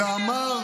אמר,